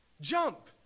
Jump